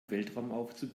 weltraumaufzug